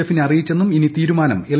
എഫിനെ അറിയിച്ചെന്നും ഇനി തീരുമാനം എൽ